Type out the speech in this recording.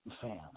fan